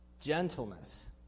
gentleness